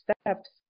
steps